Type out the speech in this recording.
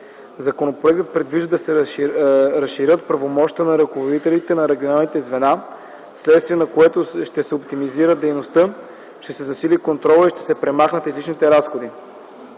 Законопроектът предвижда да се разширят правомощията на ръководителите на регионалните звена, вследствие на което ще се оптимизира дейността, ще се засили контролът и ще се премахнат необходимите разходи.